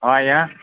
ହଁ ଆଜ୍ଞା